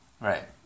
Right